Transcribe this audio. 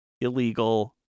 illegal